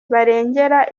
barengera